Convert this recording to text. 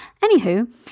Anywho